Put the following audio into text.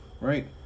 right